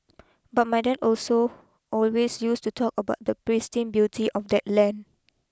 but my dad also always used to talk about the pristine beauty of that land